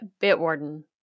Bitwarden